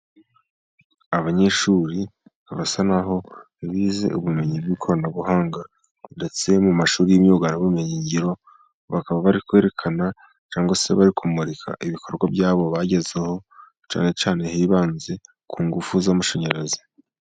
Abanyeshuri basa naho bize ubumenyi bw'ikoranabuhanga, ndetse mu mashuri y'imyuga hari ubumenyi ngiro, bakaba bari kwerekana cyangwa se bari kumurika ibikorwa byabo bagezeho, cyane cyane hibanzwe ku ngufu z'amashanyarazi.